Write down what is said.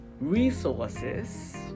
resources